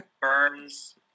Burns